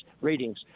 ratings